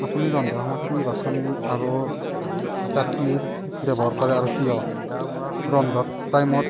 আপুনি ৰন্ধাৰ সময়ত কি বাচন আৰু কেটলিৰ ব্যৱহাৰ কৰে আৰু কিয় ৰন্ধাৰ টাইমত